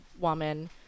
woman